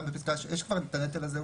יש כבר את הנטל הזה,